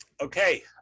Okay